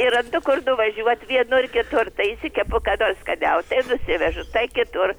yra kur nuvažiuot vienur kitur tai išsikepu ką nors skaniau tai nusivežu tai kitur